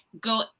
go